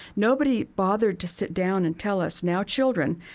nobody bothered to sit down and tell us, now, children,